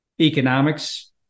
economics